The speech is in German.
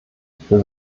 für